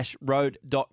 Road